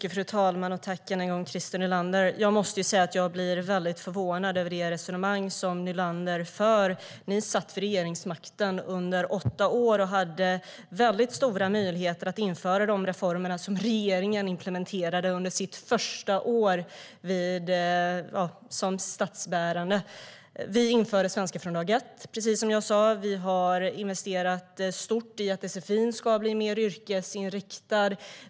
Fru talman! Tack än en gång, Christer Nylander! Jag måste säga att jag blir väldigt förvånad över det resonemang som Nylander för. Ni hade regeringsmakten i åtta år och hade då väldigt stora möjligheter att införa de reformer som den här regeringen implementerade under sitt första år som statsbärande. Vi införde svenska från dag ett. Precis som jag sa har vi investerat stort i att sfi ska bli yrkesinriktad.